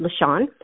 LaShawn